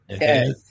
Yes